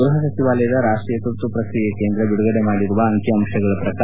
ಗೃಹ ಸಚಿವಾಲಯದ ರಾಷ್ಟೀಯ ತುರ್ತು ಪ್ರತಿಕ್ರಿಯೆ ಕೇಂದ್ರ ಬಿಡುಗಡೆ ಮಾಡಿರುವ ಅಂಕಿ ಅಂಶಗಳ ಪ್ರಕಾರ